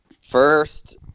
First